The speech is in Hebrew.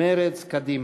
מרצ וקדימה.